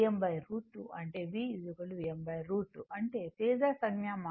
అంటే ఫేసర్ సంజ్ఞామానం